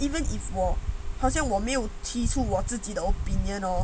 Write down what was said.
even if 我好像我没有提出我自己都 opinion hor